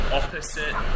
opposite